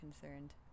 concerned